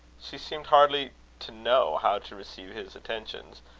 she seemed hardly to know how to receive his attentions,